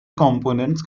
components